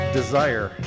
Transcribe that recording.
desire